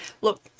Look